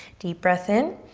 deep breath in,